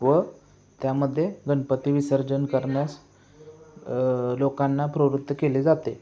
व त्यामध्ये गणपती विसर्जन करण्यास लोकांना प्रवृत्त केले जाते